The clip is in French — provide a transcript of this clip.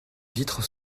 vitres